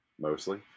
Mostly